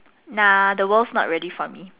nah the world's not really for me